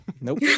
Nope